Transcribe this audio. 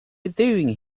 doing